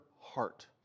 heart